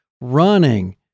running